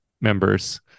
members